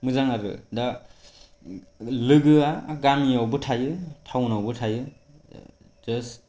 मोजां आरो दा लोगोआ गामिआवबो थायो टाउनावबो थायो जाष्ट